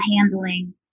handling